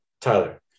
Tyler